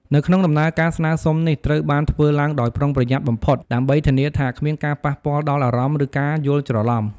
នៅក្នុង ដំណើរការស្នើសុំនេះ ត្រូវបានធ្វើឡើងដោយប្រុងប្រយ័ត្នបំផុត ដើម្បីធានាថាគ្មានការប៉ះពាល់ដល់អារម្មណ៍ ឬការយល់ច្រឡំ។